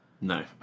No